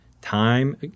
time